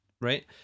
right